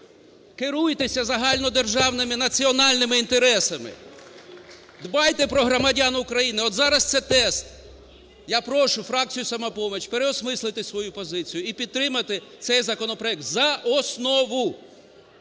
Керуйтеся загальнодержавними національними інтересами. Дбайте про громадян України. От зараз це тест. Я прошу фракцію "Самопоміч" переосмислити свою позицію і підтримати цей законопроект за основу.